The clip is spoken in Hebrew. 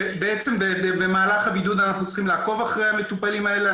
בעצם במהלך הבידוד אנחנו צריכים לעקוב אחרי המטופלים האלה,